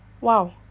Wow